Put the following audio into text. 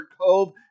cove